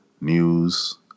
News